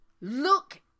Look